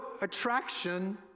attraction